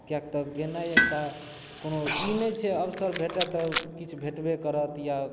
किएकि तऽ गेनाइ एकटा कोनो ई नहि छै अवसर भेटै तऽ किछु भेटबे करत या